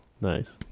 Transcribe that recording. Nice